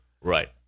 Right